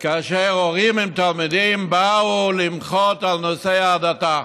כאשר הורים עם תלמידים באו למחות על נושא ההדתה.